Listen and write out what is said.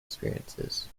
experiences